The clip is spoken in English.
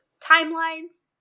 timelines